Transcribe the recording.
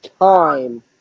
time